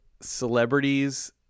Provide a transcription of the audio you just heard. celebrities